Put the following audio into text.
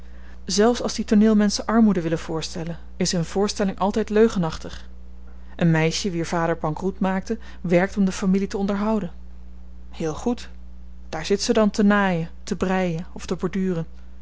zelfs als die tooneelmenschen armoede willen voorstellen is hun voorstelling altyd leugenachtig een meisje wier vader bankroet maakte werkt om de familie te onderhouden heel goed daar zit ze dan te naaien te breien of